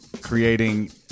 creating